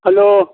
hello